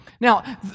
Now